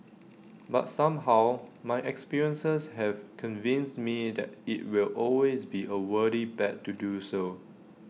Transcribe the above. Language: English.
but somehow my experiences have convinced me that IT will always be A worthy bet to do so